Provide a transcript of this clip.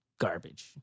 garbage